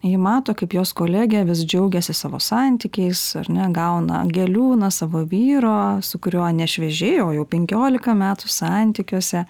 ji mato kaip jos kolegė vis džiaugiasi savo santykiais ar ne gauna gėlių nuo savo vyro su kuriuo ne šviežiai o jau penkiolika metų santykiuose